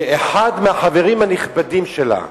שאחד מהחברים הנכבדים שלה,